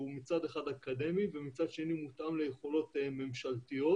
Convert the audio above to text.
מצד אחד אקדמי ומצד שני הוא מותאם ליכולות ממשלתיות.